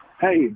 Hey